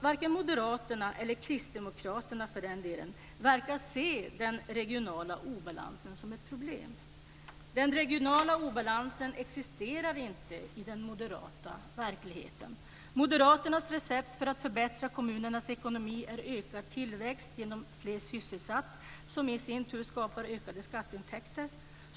Varken Moderaterna eller för den delen Kristdemokraterna verkar se den regionala obalansen som ett problem. Den regionala obalansen existerar inte i den moderata verkligheten. Moderaternas recept för att förbättra kommunernas ekonomi är ökad tillväxt genom fler sysselsatta som i sin tur skapar ökade skatteintäkter.